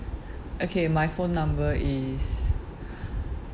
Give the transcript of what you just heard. okay my phone number is